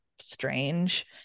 strange